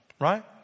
right